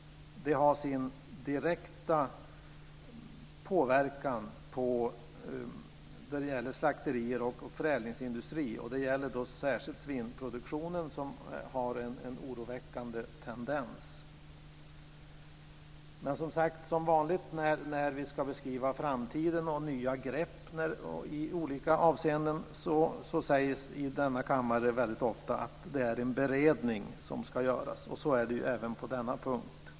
Det har sin direkta påverkan när det gäller slakterier och förädlingsindustri, och det gäller särskilt svinproduktionen, som har en oroväckande tendens. När vi ska beskriva framtiden och nya grepp i olika avseenden sägs i denna kammare väldigt ofta att det är en beredning som ska göras. Så är det även på denna punkt.